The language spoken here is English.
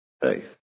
faith